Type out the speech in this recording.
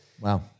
wow